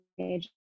age